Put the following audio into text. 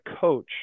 coach